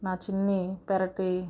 నా చిన్ని పెరటి